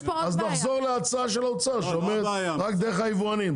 אז נחזור להצעה של האוצר שאומרת רק דרך היבואנים.